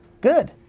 Good